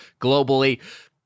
globally